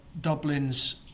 Dublin's